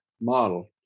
model